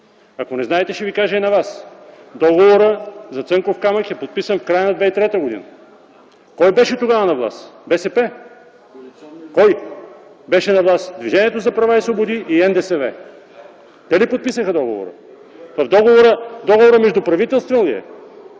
Ако не знаете, ще Ви кажа и на Вас - договорът за „Цанков камък” е подписан в края на 2003 г. Кой беше тогава на власт? БСП? Кой беше на власт? Движението за права и свободи и НДСВ. Те ли подписаха договора? (Реплика от народния